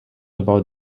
about